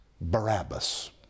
Barabbas